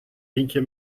vinkje